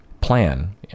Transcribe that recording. plan